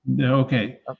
Okay